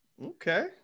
Okay